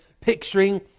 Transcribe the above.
picturing